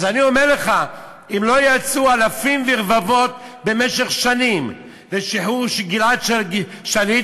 אז אני אומר לך: לולא יצאו אלפים ורבבות במשך שנים לשחרור גלעד שליט,